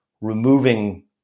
removing